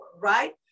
right